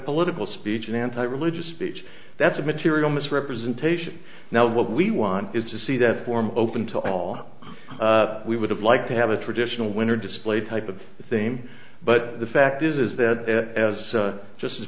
political speech an anti religious speech that's a material misrepresentation now what we want is to see that form open to all we would have liked to have a traditional winter display type of the same but the fact is is that as just as